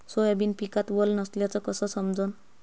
Soybean पिकात वल नसल्याचं कस समजन?